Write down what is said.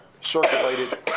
circulated